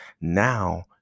Now